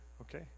Okay